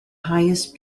highest